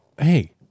Hey